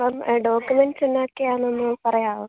അപ്പം ഡോക്യുമെൻറ്റ്സ് എന്നതൊക്കെ ആണെന്ന് ഒന്ന് പറയാവൊ